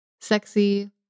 sexy